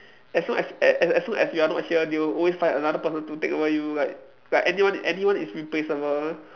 as long as as as long as you are not here they will always find another person to take over you like like anyone anyone is replaceable